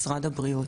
משרד הבריאות.